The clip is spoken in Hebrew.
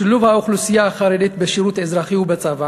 שילוב האוכלוסייה החרדית בשירות האזרחי ובצבא